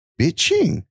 bitching